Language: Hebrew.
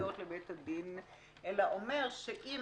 -- אלא אומר שאם